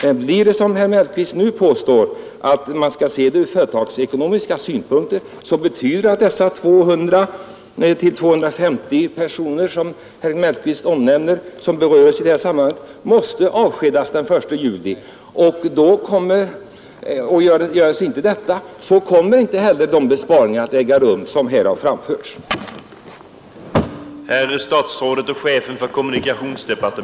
Skall man som herr Mellqvist nu påstår se saken ur företagsekonomisk synpunkt, så betyder rationaliseringen att de 200-250 personer som berörs måste avskedas den 1 juli. Annars kommer inte heller de besparingar att kunna göras som det här har talats om.